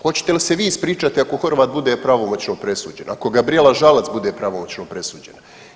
Hoćete li se vi ispričati ako Horvat bude pravomoćno presuđen, ako Gabrijela Žalac bude pravomoćno presuđena?